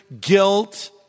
guilt